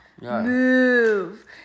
move